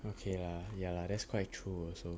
okay lah ya lah that's quite true also